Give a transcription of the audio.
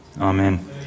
Amen